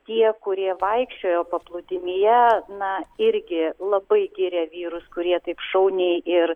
tie kurie vaikščiojo paplūdimyje na irgi labai girė vyrus kurie taip šauniai ir